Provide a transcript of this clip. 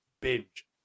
binge